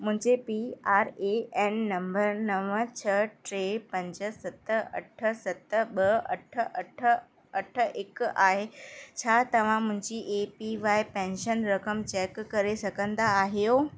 मुंहिंजो P R A N number नव छह टे पंज सत अठ सत ॿ अठ अठ अठ हिकु आहे छा तव्हां मुंहिंजी ए पी वाए पेंशन रक़म चैक करे सघंदा आहियो